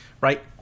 right